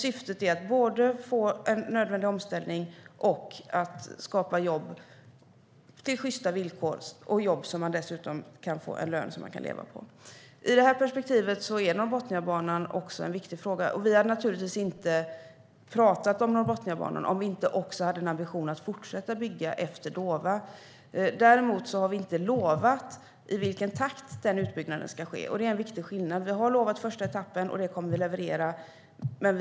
Syftet är att både få till en nödvändig omställning och skapa jobb på sjysta villkor och med en lön som man kan leva på. Också i det perspektivet är Norrbotniabanan en viktig fråga. Vi hade naturligtvis inte talat om Norrbotniabanan om vi inte hade en ambition att fortsätta bygga efter Dåva. Däremot har vi inte lovat i vilken takt utbyggnaden ska ske. Det är en viktig skillnad. Vi har lovat första etappen, och den kommer vi att leverera.